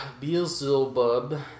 Beelzebub